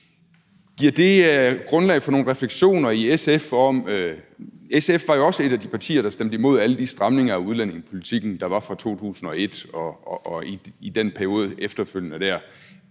Giver det grundlag for nogle refleksioner i SF? SF var jo også et af de partier, der stemte imod alle de stramninger af udlændingepolitikken, der var fra 2001 og i den efterfølgende